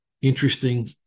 interesting